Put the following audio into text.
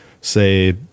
say